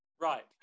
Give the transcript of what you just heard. right